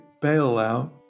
bailout